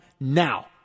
now